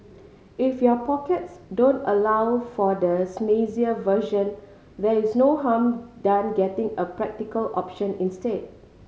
if your pockets don't allow for the snazzier version there is no harm done getting a practical option instead